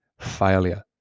failure